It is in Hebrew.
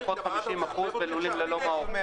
בחייכם, זה דקדוקי עניות.